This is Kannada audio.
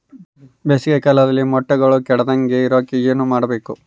ಬೇಸಿಗೆ ಕಾಲದಲ್ಲಿ ಮೊಟ್ಟೆಗಳು ಕೆಡದಂಗೆ ಇರೋಕೆ ಏನು ಮಾಡಬೇಕು?